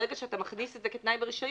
ברגע שאתה מכניס את זה כתנאי ברישיון,